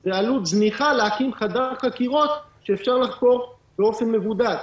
זו עלות זניחה להקים חדר חקירות שאפשר לחקור בו באופן מבודד.